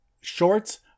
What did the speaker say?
shorts